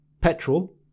petrol